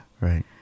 right